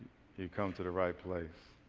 you come to the right place.